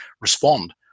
respond